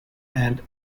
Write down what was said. and